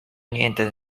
niente